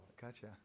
Gotcha